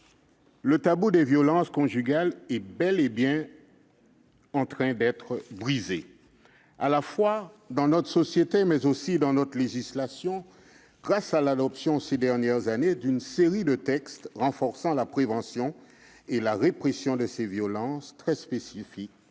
le tabou des violences conjugales est bel et bien en train d'être brisé, à la fois dans notre société, mais aussi dans notre législation grâce à l'adoption ces dernières années d'une série de textes renforçant la prévention et la répression de ces violences très spécifiques